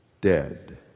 dead